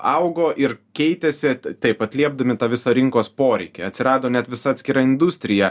augo ir keitėsi taip atliepdami tą visą rinkos poreikį atsirado net visa atskira industrija